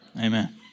Amen